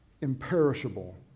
imperishable